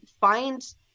find